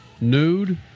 Nude